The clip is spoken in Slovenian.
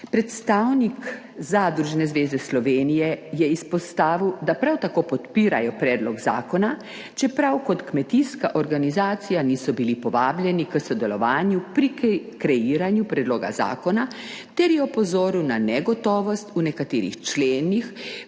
Slovenije je izpostavil, da prav tako podpirajo predlog zakona, čeprav kot kmetijska organizacija niso bili povabljeni k sodelovanju pri kreiranju predloga zakona ter je opozoril na negotovost v nekaterih členih